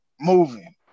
moving